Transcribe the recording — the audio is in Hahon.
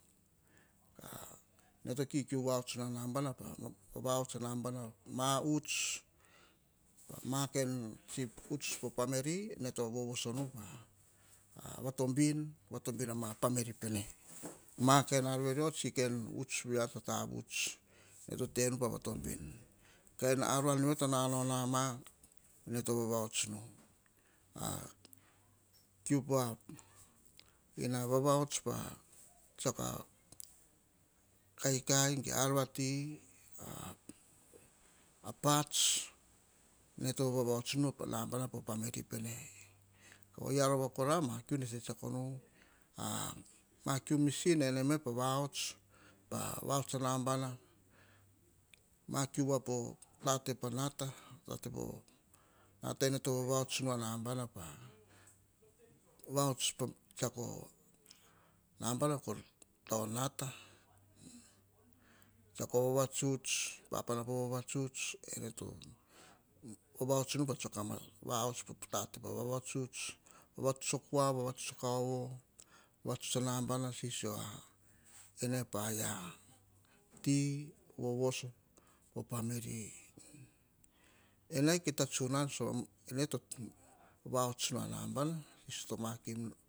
Ka, ene to kikiu vahots nu a nabana, pa valots a nabana, ma huts, ma kain tsi huts po fameli, ene to vovoso nu pa va tobin, va tobin a ma fameli pene. Ma kain ar verio, tsi kain huts verio to tavusts, ene to tenu pa va tobin. Kain aran via to nanao nama, ene to vava hots nu a kiu pa, vavahuts pa tsiako a kaikai, ge ar vati, pats, ene to vavahots nu a nabana po fameli pene. Oyia rova kora, ama kiu nene tsetsiako nu. Ma kiu mission, eneme pa vahots. Pa vahots a nabana, ma kui voa po tate po nata, ene to vavahots, nu a nabana, pa tsiako a nabana kor tao nata. Tsiako vavatuts, papana po vavatuts, ene to vavahots. Pa tsiako ma ar, pa tate pa vavatuts, vavatuts o kua, vavatuts o kaovu, vavatuts a na bana, sisio a paia ti vovoso po fameli. Ene kta tsunan, ene to vahots nu a nabana, to makim nu